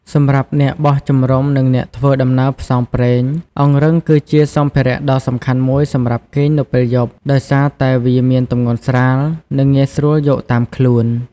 សម្រាប់អ្នកបោះជំរុំ និងអ្នកធ្វើដំណើរផ្សងព្រេង អង្រឹងគឺជាសម្ភារៈដ៏សំខាន់មួយសម្រាប់គេងនៅពេលយប់ ដោយសារតែវាមានទម្ងន់ស្រាល និងងាយស្រួលយកតាមខ្លួន។